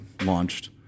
launched